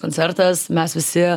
koncertas mes visi